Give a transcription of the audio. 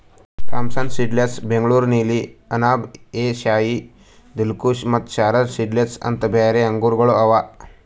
Thompson seedless, Bengaluru ನೀಲಿ, ಅನಾಬ್ ಎ ಶಾಹಿ, ದಿಲ್ಖುಷ ಮತ್ತ Sharad seedless ಅಂತ್ ಬ್ಯಾರೆ ಆಂಗೂರಗೊಳ್ ಅವಾ